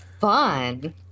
fun